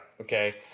Okay